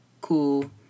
cool